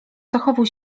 zachowuj